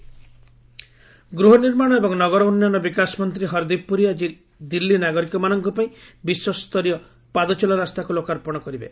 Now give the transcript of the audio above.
ପ୍ୱରୀ ଗୃହ ନିମାଣ ଏବଂ ନଗର ଉନ୍ନୟନ ବିକାଶ ମନ୍ତ୍ରୀ ହରଦୀପ ପୁରୀ ଆଜି ଦିଲ୍ଲୀ ନାଗରିକମାନଙ୍କ ପାଇଁ ବିଶ୍ୱ ସ୍ତରୀୟ ପାଦଚଲା ରାସ୍ତାକୁ ଲୋକାର୍ପଣ କରିବେ